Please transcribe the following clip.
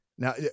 Now